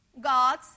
God's